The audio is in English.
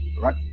Right